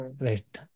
Right